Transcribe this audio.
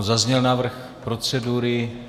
Zazněl návrh procedury.